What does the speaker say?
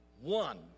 one